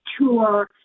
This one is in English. tour